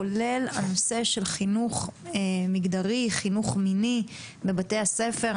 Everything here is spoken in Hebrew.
כולל הנושא של חינוך מגדרי וחינוך מיני בבתי הספר.